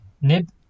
nib